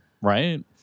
right